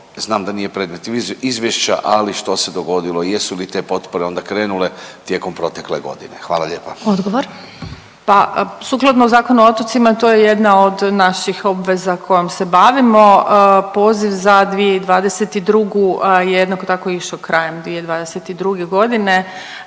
znam da nije predmet izvješća, ali što se dogodilo i jesu li te potpore onda krenule tijekom protekle godine? Hvala lijepa. **Glasovac, Sabina (SDP)** Odgovor. **Đurić, Spomenka** Pa sukladno Zakonu o otocima to je jedna od naših obveza kojom se bavimo. Poziv za 2022. je jednako tako išao krajem 2022. godine.